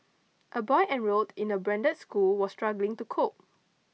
a boy enrolled in a branded school was struggling to cope